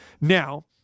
Now